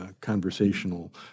conversational